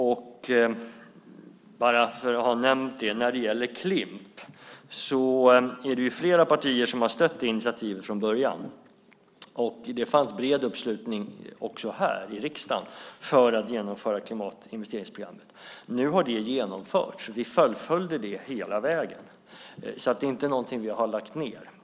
Bara för att ha nämnt det vill jag säga att när det gäller Klimp är det flera partier som har stött det initiativet från början. Det fanns en bred uppslutning också här i riksdagen för att genomföra Klimatinvesteringsprogrammet. Nu har det genomförts. Vi fullföljde det hela vägen. Det är inte något vi har lagt ned.